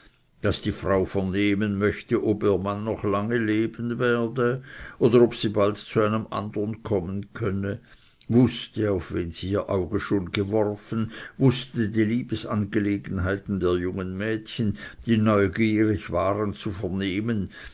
daß die frau vernehmen möchte ob ihr mann noch lange leben werde oder ob sie bald zu einem andern kommen könne wußte auf wen sie ihr auge schon geworfen wußte die liebesangelegenheiten der jungen mädchen die neugierig waren zu vernehmen